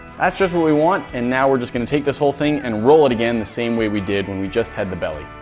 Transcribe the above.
that's just we want, and now we're just going to take this whole thing, and roll it again the same way we did when we just had the belly.